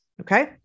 Okay